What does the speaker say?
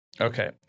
Okay